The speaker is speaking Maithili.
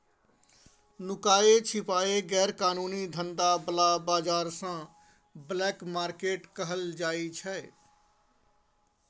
नुकाए छिपाए गैर कानूनी धंधा बला बजार केँ ब्लैक मार्केट कहल जाइ छै